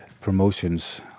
promotions